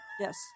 Yes